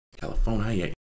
California